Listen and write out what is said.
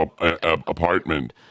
apartment